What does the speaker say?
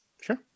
Sure